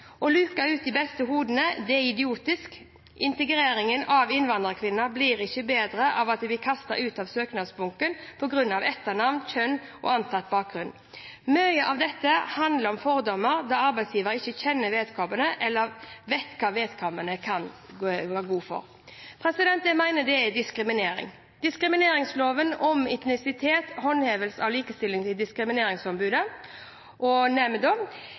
luke ut de beste hodene er idiotisk … Integreringen av innvandrerkvinner blir ikke bedre av at de blir kastet ut av søknadsbunken på grunn av etternavn, kjønn og antatt bakgrunn. Mye av dette handler om fordommer, da arbeidsgiveren ikke kjenner vedkommende eller hva vedkommende kan og står for.» Jeg mener dette er diskriminering. Diskrimineringsloven om etnisitet håndheves av Likestillings- og diskrimineringsombudet og